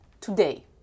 today